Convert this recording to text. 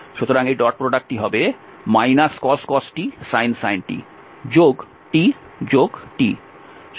সুতরাং এই dot product হবে cos t sin t t t